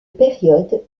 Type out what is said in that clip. période